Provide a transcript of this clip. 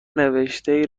نوشته